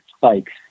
bikes